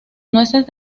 nueces